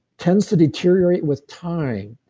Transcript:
tends to deteriorate with time.